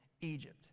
Egypt